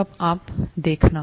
तब आप देखना